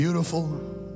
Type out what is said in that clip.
beautiful